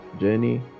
journey